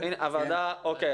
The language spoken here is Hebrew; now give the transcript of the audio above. אוקיי,